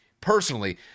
personally